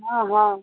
हाँ हाँ